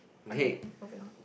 okay moving on